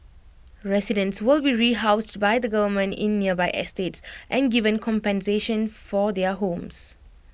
residents will be rehoused by the government in nearby estates and given compensation for their homes